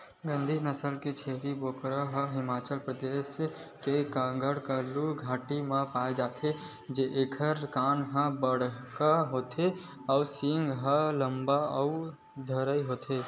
गद्दी नसल के छेरी बोकरा ह हिमाचल परदेस के कांगडा कुल्लू घाटी म पाए जाथे एखर कान ह बड़का होथे अउ सींग ह लाम अउ धरहा होथे